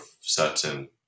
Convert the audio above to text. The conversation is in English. certain